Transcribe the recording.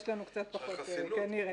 יש לנו קצת פחות כנראה.